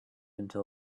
until